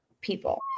people